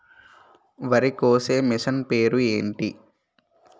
వరి కోసే మిషన్ పేరు ఏంటి